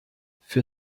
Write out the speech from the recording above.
für